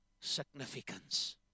significance